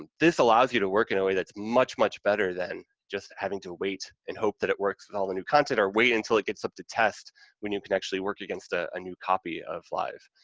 and this allows you to work in a way that's much, much better than just having to wait and hope that it works with all the new content or wait and till it gets up to test when you can actually work against a new copy of live.